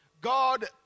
God